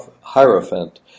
hierophant